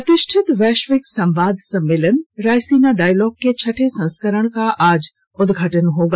प्रतिष्ठित वैश्विक संवाद सम्मेलन रायसीना डॉयलाग के छठे संस्करण का आज उद्घाटन होगा